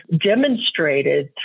demonstrated